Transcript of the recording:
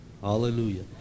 Hallelujah